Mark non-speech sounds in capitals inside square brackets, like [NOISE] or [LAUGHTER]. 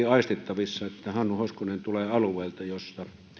[UNINTELLIGIBLE] aistittavissa että hannu hoskonen tulee alueelta jolla